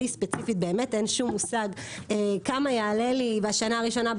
לי ספציפית באמת אין שום מושג כמה יעלה לי בשנה הראשונה,